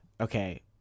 Okay